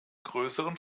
größeren